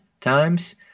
times